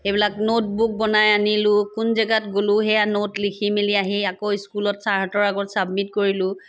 সেইবিলাক নোটবুক বনাই আনিলো কোন জেগাত গ'লো সেয়া নোট লিখি মেলি আহি আকৌ স্কুলত ছাৰহঁতৰ আগত ছাবমিট কৰিলোঁ